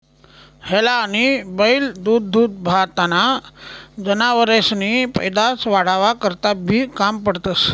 हेला आनी बैल दूधदूभताना जनावरेसनी पैदास वाढावा करता बी काम पडतंस